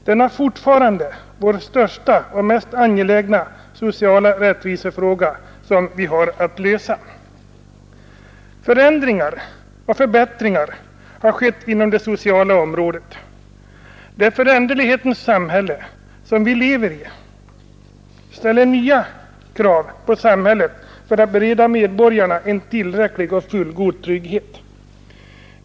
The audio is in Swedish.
Den är fortfarande den största och mest angelägna sociala rättvisefråga som vi har att lösa. Förändringar och förbättringar har skett inom det sociala området. Det föränderlighetens samhälle som vi lever i ställer nya krav på samhället för att bereda medborgarna en tillräcklig och fullgod trygghet.